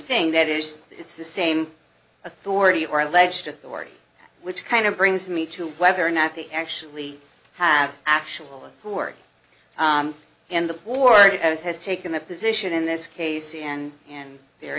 thing that is it's the same authority or alleged authority which kind of brings me to whether or not they actually have actual who are in the war has taken the position in this case and in the